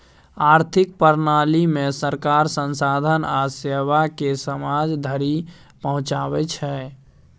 आर्थिक प्रणालीमे सरकार संसाधन आ सेवाकेँ समाज धरि पहुंचाबै छै